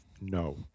no